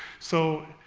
so,